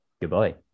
Goodbye